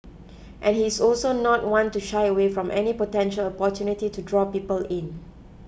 and he is also not one to shy away from any potential opportunity to draw people in